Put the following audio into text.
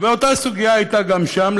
ואותה סוגיה הייתה גם שם.